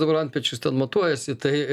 dabar antpečius ten matuojasi tai